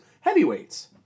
Heavyweights